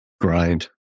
Grind